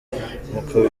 nkuko